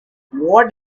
what